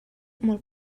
molt